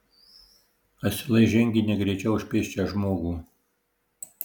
asilai žengė negreičiau už pėsčią žmogų